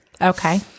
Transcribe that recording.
Okay